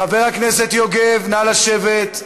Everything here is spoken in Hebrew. חבר הכנסת יוגב, נא לשבת.